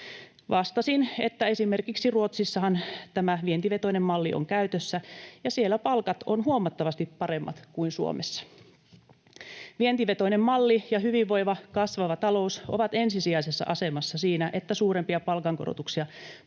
Vastasin, että esimerkiksi Ruotsissahan tämä vientivetoinen malli on käytössä, ja siellä palkat ovat huomattavasti paremmat kuin Suomessa. Vientivetoinen malli ja hyvinvoiva, kasvava talous ovat ensisijaisessa asemassa siinä, että suurempia palkankorotuksia pystytään